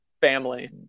family